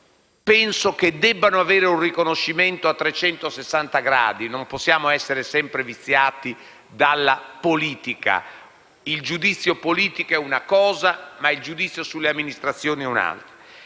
penso che debbano avere un riconoscimento a 360 gradi. Non possiamo essere sempre viziati dalla politica; il giudizio politico è una cosa, ma il giudizio sulle amministrazioni è un'altra.